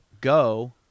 go